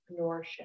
entrepreneurship